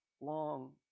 long